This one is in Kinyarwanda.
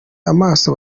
amaso